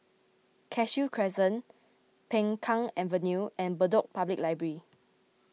Cashew Crescent Peng Kang Avenue and Bedok Public Library